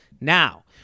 Now